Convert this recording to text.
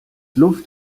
luft